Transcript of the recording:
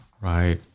Right